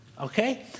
Okay